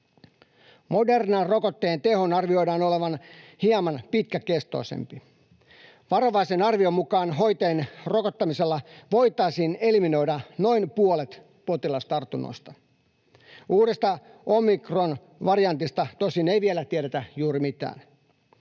Modernan rokotteen tehon arvioidaan olevan hieman pitkäkestoisempi. Varovaisen arvion mukaan hoitajien rokottamisella voitaisiin eliminoida noin puolet potilastartunnoista. Uudesta omikronvariantista tosin ei vielä tiedetä juuri mitään.